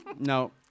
No